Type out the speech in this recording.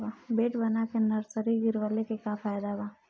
Bed बना के nursery गिरवले के का फायदा बा?